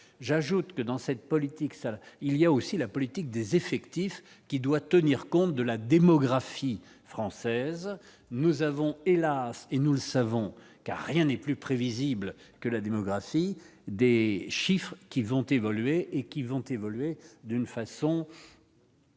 j'ajoute que dans cette politique, il y a aussi la politique des effectifs qui doit tenir compte de la démographie française nous avons hélas, et nous le savons, car rien n'est plus prévisible que la démocratie Des chiffres qui vont évoluer et qui vont évoluer d'une façon.